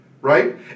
Right